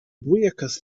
buíochas